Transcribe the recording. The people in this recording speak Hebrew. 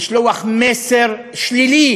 לשלוח מסר שלילי